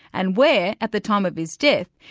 and where at the time of his death,